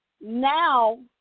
now